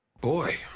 Boy